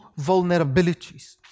vulnerabilities